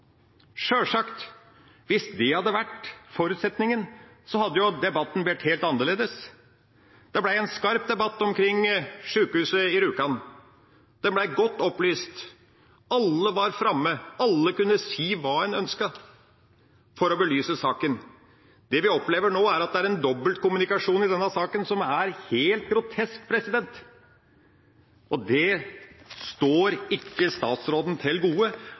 Sjølsagt, hvis det hadde vært forutsetningen, hadde debatten blitt helt annerledes. Det ble en skarp debatt omkring sykehuset på Rjukan. Den ble godt opplyst. Alle var framme, alle kunne si hva en ønsket for å belyse saken. Det vi opplever nå, er at det er en dobbeltkommunikasjon i denne saken som er helt grotesk. Det står ikke statsråden til gode